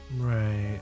right